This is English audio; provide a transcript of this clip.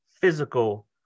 physical